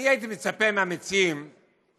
אני הייתי מצפה מהמציעים שיתארו